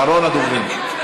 אחרון הדוברים.